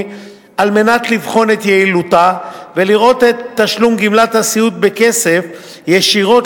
על מנת לבחון את יעילותה ולראות אם תשלום גמלת הסיעוד בכסף ישירות